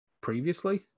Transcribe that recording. previously